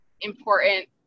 important